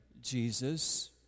Jesus